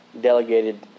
delegated